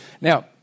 Now